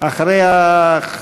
נעבור להצעות לסדר-היום מס'